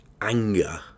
anger